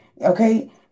Okay